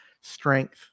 strength